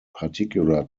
particular